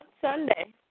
Sunday